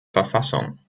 verfassung